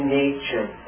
nature